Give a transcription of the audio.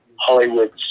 hollywood